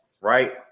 right